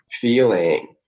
feeling